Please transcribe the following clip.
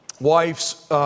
wife's